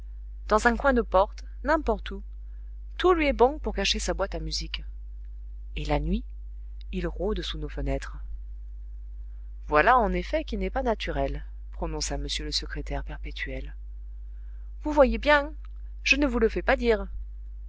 dans un coin de porte n'importe où tout lui est bon pour cacher sa boîte à musique et la nuit il rôde sous nos fenêtres voilà en effet qui n'est pas naturel prononça m le secrétaire perpétuel vous voyez bien je ne vous le fais pas dire